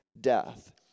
Death